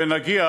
ונגיע,